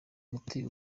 muti